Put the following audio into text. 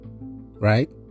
right